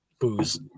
booze